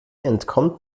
entkommt